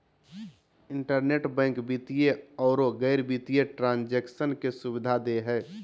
internet bank वित्तीय औरो गैर वित्तीय ट्रांन्जेक्शन के सुबिधा दे हइ